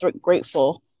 grateful